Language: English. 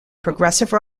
progressive